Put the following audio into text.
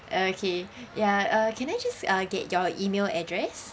okay ya uh can I just uh get your email address